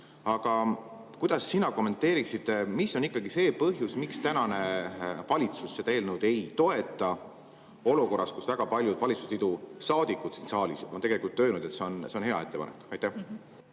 Aga kuidas sina kommenteeriksid, mis on see põhjus, miks tänane valitsus seda eelnõu ei toeta, kuigi väga paljud valitsusliidu saadikud on siin saalis tegelikult öelnud, et see on hea ettepanek? Aitäh!